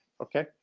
okay